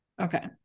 Okay